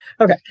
Okay